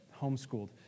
Homeschooled